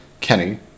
Kenny